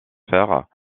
fer